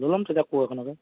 লৈ ল'ম তেতিয়া কোৰ এখনকে